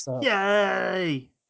Yay